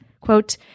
Quote